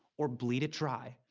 or bleed it dry.